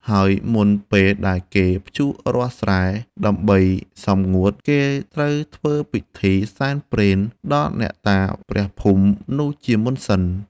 ហើយមុនពេលដែលគេភ្ជួររាស់ស្រែ ដើម្បីសម្ងួត គេត្រូវធ្វើពិធីសែនព្រេនដល់អ្នកតាព្រះភូមិនោះជាមុនសិន។